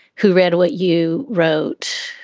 who read what you wrote,